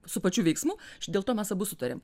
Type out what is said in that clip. su pačiu veiksmu č dėl to mes abu sutarėm